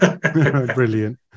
Brilliant